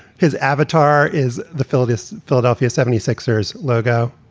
his avatar is the filthiest philadelphia seventy six ers logo.